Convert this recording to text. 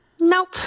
Nope